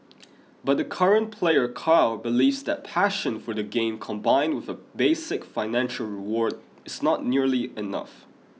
but the current player Carl believes that passion for the game combined with a basic financial reward is not nearly enough